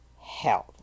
health